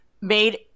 made